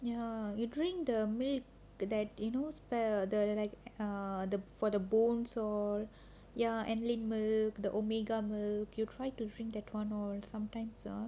ya you drink the milk that you know spare lah then like err the for the bone so ya and milk the Omega mmilk you try to drink that [one] or sometimes err